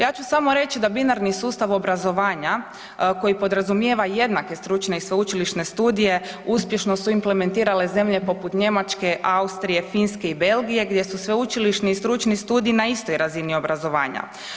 Ja ću samo reći da binarni sustav obrazovanja koji podrazumijeva jednake stručne i sveučilišne studije, uspješno su implementirale zemlje popu Njemačke, Austrije, Finske i Belgije gdje su sveučilišni i stručni studiji na istoj razini obrazovanja.